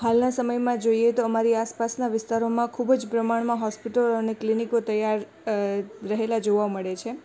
હાલના સમયમાં જોઇએ તો અમારી આસપાસના વિસ્તારોમાં ખૂબ જ પ્રમાણમાં હૉસ્પિટલો અને ક્લિનિકો તૈયાર અ રહેલાં જોવા મળે છે